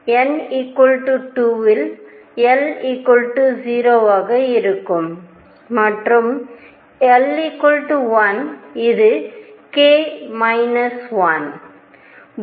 N 2 இல் l 0 இருக்கும் மற்றும் l 1 இது k 1